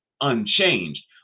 unchanged